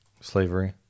slavery